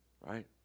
right